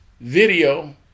video